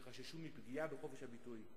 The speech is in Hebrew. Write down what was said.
שחששו מפגיעה בחופש הביטוי.